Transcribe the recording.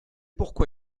pourquoi